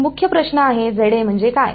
तर मुख्य प्रश्न आहे म्हणजे काय